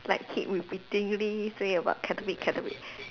like keep repeatedly say about Caterpie Caterpie